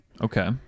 Okay